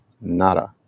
nada